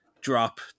drop